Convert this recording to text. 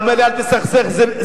בסוף השבוע שהיה וביום